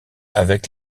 avec